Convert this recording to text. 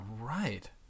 right